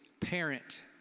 parent